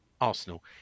Arsenal